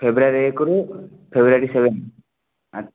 ଫେବୃଆରୀ ଏକରୁ February seven